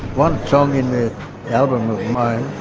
one song in the album of mine,